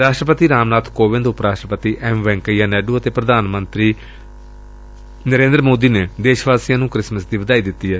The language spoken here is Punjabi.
ਰਾਸ਼ਟਰਪਤੀ ਰਾਮਨਾਬ ਕੋਵਿੰਦ ਉਪ ਰਾਸ਼ਟਰਪਤੀ ਐਮ ਵੈਂਕਈਆ ਨਾਇਡੁ ਅਤੇ ਪ੍ਰਧਾਨ ਮੰਤਰੀ ਨੇ ਦੇਸ਼ ਵਾਸੀਆਂ ਨੂੰ ਕ੍ਸਮਿਸ ਦੀ ਵਧਾਈ ਦਿੱਤੀ ਏ